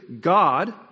God